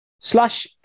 slash